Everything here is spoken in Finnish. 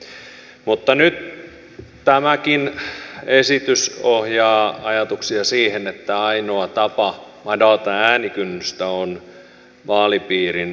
mutta nyt tämäkin esitys ohjaa ajatuksia siihen että ainoa tapa madaltaa äänikynnystä on vaalipiirin suurentaminen